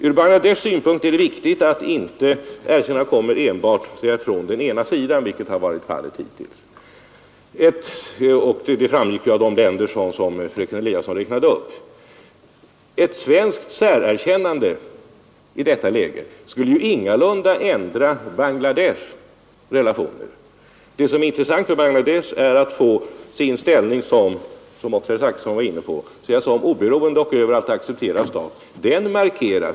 Ur Bangladeshs synpunkt är det viktigt att erkännanden inte kommer enbart från den ena sidan, vilket varit fallet hittills — det framgick ju av fröken Eliassons uppräkning. Ett svenskt särerkännande i detta läge skulle ingalunda ändra Bangladeshs relationer. Det som är intressant för Bangladesh är att få sin ställning som — det var också herr Zachrisson inne på — oberoende och överallt accepterad stat markerad.